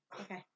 okay